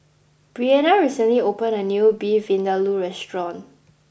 Brianna recently opened a new Beef Vindaloo restaurant